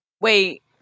Wait